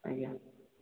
ଆଜ୍ଞା